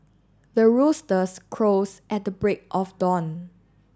the roosters crows at the break of dawn